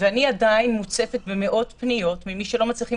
ואני עדיין מוצפת במאות פניות ממי שלא מצליחים